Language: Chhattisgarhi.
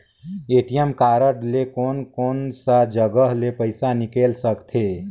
ए.टी.एम कारड ले कोन कोन सा जगह ले पइसा निकाल सकथे?